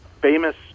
famous